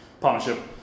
partnership